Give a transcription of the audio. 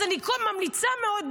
אז אני ממליצה מאוד,